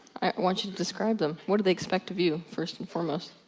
i want you to describe them. what did they expect of you? first and foremost.